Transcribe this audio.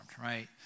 right